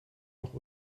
noch